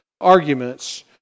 arguments